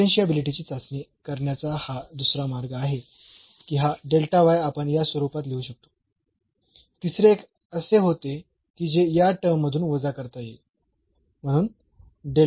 तर डिफरन्शियाबिलिटी ची चाचणी करण्याचा हा दुसरा मार्ग आहे की हा आपण या स्वरूपात लिहू शकतो तिसरे एक असे होते की जे या टर्म मधून वजा करता येईल